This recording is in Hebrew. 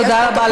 תודה רבה.